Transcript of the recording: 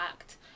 Act